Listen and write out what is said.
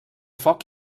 foc